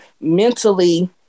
mentally